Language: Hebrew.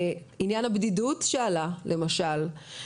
עניין הבדידות שעלה למשל?